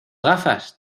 gafas